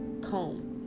comb